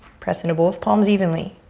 press into both palms evenly.